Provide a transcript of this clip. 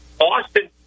Austin